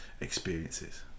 experiences